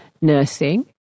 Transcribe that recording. nursing